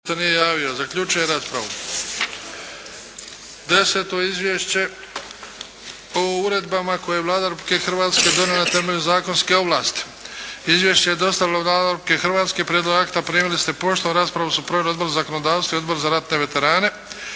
Luka (HDZ)** Deseto - Izvješće o uredbama koje je Vlada Republike Hrvatske donijela na temelju zakonske ovlasti Izvješće je dostavila Vlada Republike Hrvatske. Prijedlog akta primili ste poštom. Raspravu su proveli Odbor za zakonodavstvo i Odbor za ratne veterane.